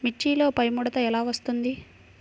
మిర్చిలో పైముడత ఎలా వస్తుంది?